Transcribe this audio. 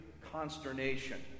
consternation